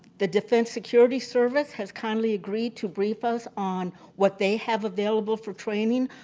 the defense security service has kindly agreed to brief us on what they have available for training,